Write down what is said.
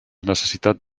necessitat